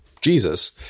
Jesus